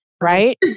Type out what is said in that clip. right